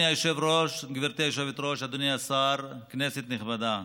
גברתי היושבת-ראש, אדוני השר, כנסת נכבדה,